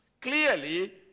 Clearly